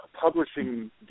publishing